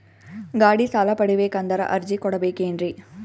ಗಾಡಿ ಸಾಲ ಪಡಿಬೇಕಂದರ ಅರ್ಜಿ ಕೊಡಬೇಕೆನ್ರಿ?